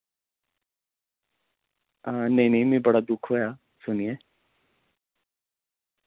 हां नेईं नेईं मि बड़ा दुक्ख होया सुनियै